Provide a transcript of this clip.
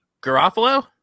Garofalo